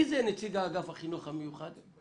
מי זה נציג אגף החינוך המיוחד?